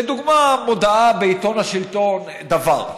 לדוגמה, מודעה בעיתון השלטון דבר.